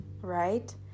Right